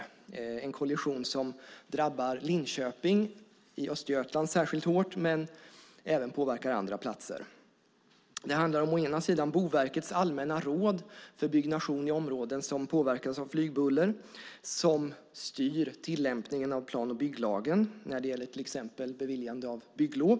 Det är en kollision som drabbar Linköping i Östergötland särskilt hårt men även påverkar andra platser. Det handlar å ena sidan om Boverkets allmänna råd för byggnation i områden som påverkas av flygbuller som styr tillämpningen av plan och bygglagen när det gäller till exempel beviljande av bygglov.